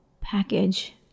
package